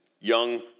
young